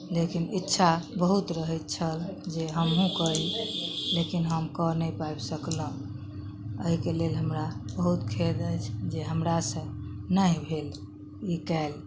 लेकिन इच्छा बहुत रहैत छल जे हमहुँ करी लेकिन हम कऽ नहि पाबि सकलहुॅं एहिके लेल हमरा बहुत खेद अछि जे हमरासँ नहि भेल ई कयल